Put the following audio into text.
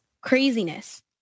craziness